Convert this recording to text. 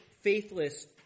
faithless